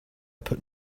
put